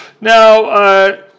Now